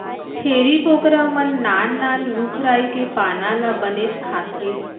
छेरी बोकरा मन नान नान रूख राई के पाना ल बनेच खाथें